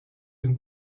une